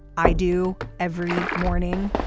i do every morning.